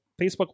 facebook